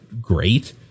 great